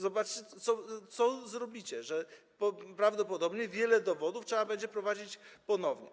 Zobaczcie, co zrobicie: prawdopodobnie wiele dowodów trzeba będzie przeprowadzić ponownie.